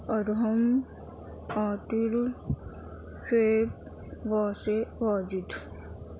Arham Atir Faid Wasif Wajid